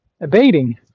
abating